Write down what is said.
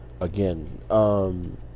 again